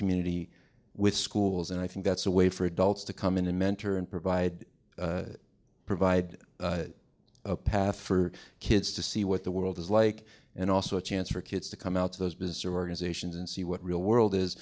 community with schools and i think that's a way for adults to come in and mentor and provide provide a path for kids to see what the world is like and also a chance for kids to come out of those business organizations and see what real world is